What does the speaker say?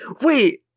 Wait